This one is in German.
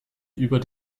über